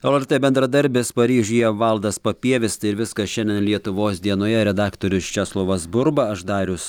lrt bendradarbis paryžiuje valdas papievis tai ir viskas šiandien lietuvos dienoje redaktorius česlovas burba aš darius